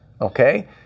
Okay